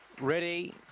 Ready